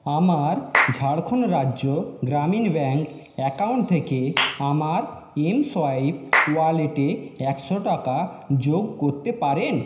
আমার Jharkhand Rajya Gramin Bank account থেকে আমার এমসোয়াইপ ওয়ালেটে একশো টাকা যোগ করতে পারেন